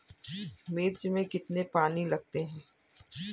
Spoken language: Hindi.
मिर्च में कितने पानी लगते हैं?